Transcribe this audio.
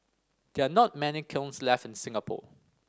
there are not many kilns left in Singapore